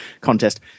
contest